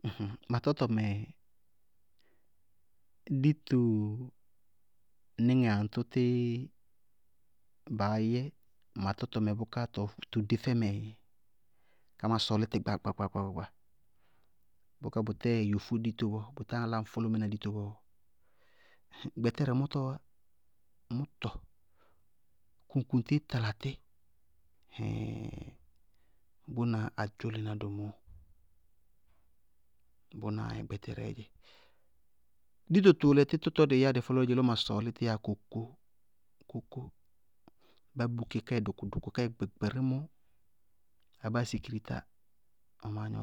ma tɔtɔmɛ, ditonɩŋɛ aŋtʋ tíí baá yɛ ma tɔtɔmɛ bʋká tʋʋ tʋ dé fɛmɛ lɔ ma sɔɔlí tɩ gbaagba gbaagba bʋká bʋtɛɛ yofó dito bɔɔ, bʋtɛɛ áláñfʋlʋmɩná dito bɔɔ? Gbɛtɛrɛ mʋtɔɔ wá, mʋtɔ, kuŋkuŋtéé tala tí, ɩíɩŋ bʋna adzólená domóo, bʋná yɛ gbɛtɛrɛɛ dzɛ. Dito tʋʋlɛ tí, tʋtɔɔ dɩɩ yɛá dɩ fɔlɔɔ dzeé lɔ ma sɔɔlí tɩí dzɛ kókó, kókó, bá bʋ kɛ ká yɛ dʋkʋ dʋkʋ ká yɛ gbɛgbɛrímɔ, abáa sikiri tá maá gnɔ,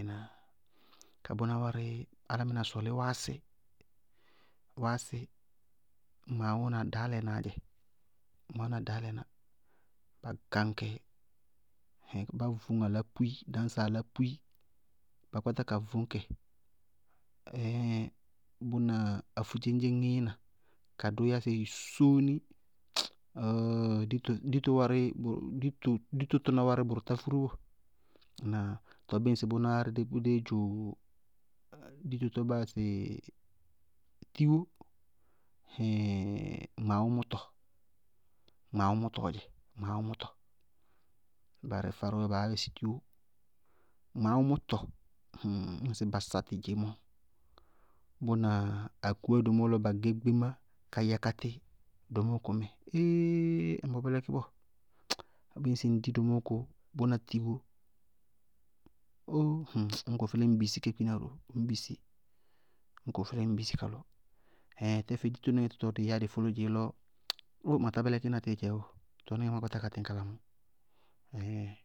ɩnáa? Tɔɔ bʋná wárɩ, álámɩná sɔɔlí wáásí, wáásí, gmaawʋ na ɖaálanáá dzɛ, gmaawʋ na ɖaálaná, bá gañ kɛ ɩíɩŋ bá voñ ayálápúyi dañsá ayálápúyi ka kpátá ka voñ kɛ ɩíɩŋ, bʋna afudzéñdzé ŋíína ka dʋ yásɛ sóóni. ɔɔɔ! Dito wárɩ, dito tʋná wárɩ, bʋrʋ tá fúró bɔɔ. Ŋnáa? Tɔɔ bíɩ ŋsɩ bʋná wárɩ dí dzʋ dito tɔɔ baa yáa sɩ tiwó ɩɩɩŋ gmaawʋ mʋtɔ, gmaawʋ mʋtɔɔ dzɛ, barɩ fɔlɔɔ baá yá bɩ si tiwó, gmaawʋ mʋtɔ, bíɩ ŋsɩ bá sa tí dzémɔ, bʋna akúwá domóo lɔ ba gɛ gbémá ka yákátí domóo kʋ mɛ, ééé! Bʋ bɛlɛkí bɔɔ báa bʋyɛ sé ñŋ ŋdi domóo kʋ bʋna tiwó, óóó! ñ kʋ fɩlíɩ ŋñ bisí kɩ kpina ró, ŋñ bisí. Ñ kʋ fɩlíɩ ŋñ bisí ka lɔ. Tɛfɛ ditonɩŋɛ tʋtɔɔ dɩɩ yɛyá dɩ fɔlɔɔ dzeé lɔ ma tá bɛlɛkína tíí dzɛ ɔɔ tɔɔ má tɩñŋá kala mɔɔ ɩíɩŋ.